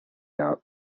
out